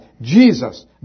Jesus